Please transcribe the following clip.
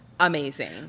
Amazing